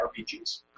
RPGs